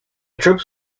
troops